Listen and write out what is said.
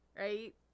Right